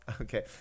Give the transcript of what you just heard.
okay